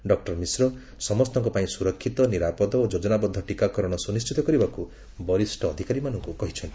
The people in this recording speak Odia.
ଡକ୍ଟର ମିଶ୍ର ସମସ୍ତଙ୍କ ପାଇଁ ସୁରକ୍ଷିତ ନିରାପଦ ଓ ଯୋଜନାବଦ୍ଧ ଟିକାକରଣ ସୁନିଶ୍ଚିତ କରିବାକୁ ବରିଷ୍ଣ ଅଧିକାରୀମାନଙ୍କୁ କହିଚ୍ଛନ୍ତି